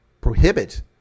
prohibit